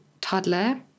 toddler